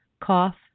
cough